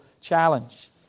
challenge